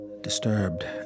Disturbed